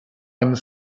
one